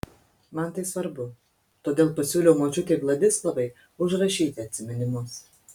man tai svarbu todėl pasiūliau močiutei vladislavai užrašyti atsiminimus